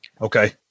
Okay